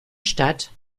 stadt